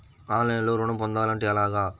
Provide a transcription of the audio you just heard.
ఆన్లైన్లో ఋణం పొందాలంటే ఎలాగా?